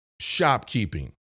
shopkeeping